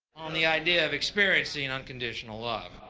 on the idea of experiencing unconditional love.